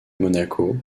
monaco